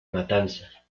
matanza